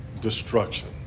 destruction